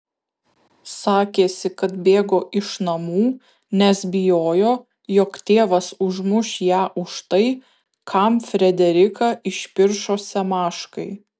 sakėsi kad bėgo iš namų nes bijojo jog tėvas užmuš ją už tai kam frederiką išpiršo semaškai